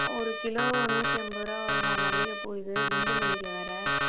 ஒரு கிலோ நூற்றி ஐம்பது ரூபா வரும்மா மல்லிகைப்பூ இது குண்டு மல்லிகை வேறு